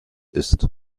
ist